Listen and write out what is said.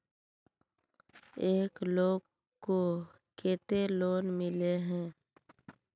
एक लोग को केते लोन मिले है?